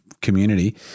community